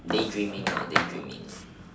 daydreaming uh daydreaming